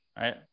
right